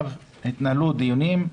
התנהלו דיונים.